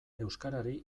euskarari